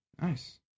Nice